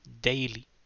daily